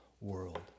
world